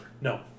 No